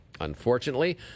unfortunately